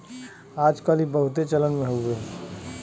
आज कल ई बहुते चलन मे हउवे